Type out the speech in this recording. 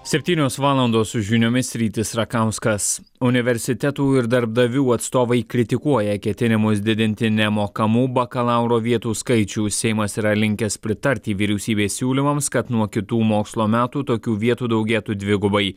septynios valandos su žiniomis rytis rakauskas universitetų ir darbdavių atstovai kritikuoja ketinimus didinti nemokamų bakalauro vietų skaičių seimas yra linkęs pritarti vyriausybės siūlymams kad nuo kitų mokslo metų tokių vietų daugėtų dvigubai